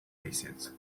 races